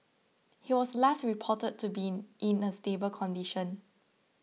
he was last reported to be in a stable condition